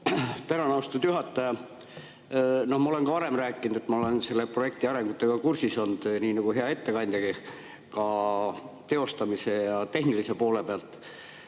Tänan, austatud juhataja! Ma olen ka varem rääkinud, et ma olen selle projekti arengutega kursis olnud, nii nagu hea ettekandjagi, ka teostamise ja tehnilise poole pealt.